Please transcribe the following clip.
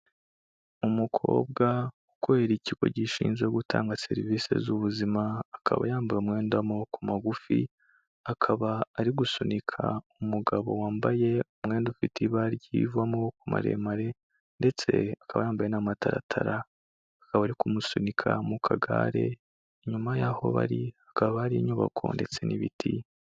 Umukobwa ukorera ikigo gishinzwe gutanga serivise z'ubuzima. Akaba yambaye umwenda w'amaboko magufi. Akaba ari gusunika umugabo wambaye umwenda ufite ibara ry'ivu w'amaboko maremare, ndetse akaba yambaye n'amataratara. Akaba ari kumusunika mu kagare. Inyuma y'aho bari hakaba hari inyubako ndetse n'ibiti.